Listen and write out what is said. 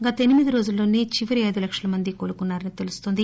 గత ఎనిమిది రోజుల్లోసే చివరి ఐదు లక్షల మంది కోలుకున్నారని తెలుస్తుంది